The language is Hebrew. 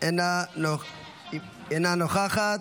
אינה נוכחת.